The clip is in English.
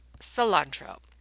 cilantro